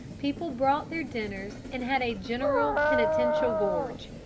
people brought their dinners and had a general penitential gorge.